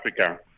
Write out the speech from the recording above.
Africa